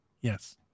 Yes